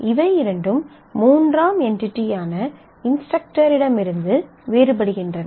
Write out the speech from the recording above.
இவை இரண்டும் மூன்றாம் என்டிடியான இன்ஸ்டரக்டரிடமிருந்து வேறுபடுகின்றன